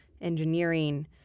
engineering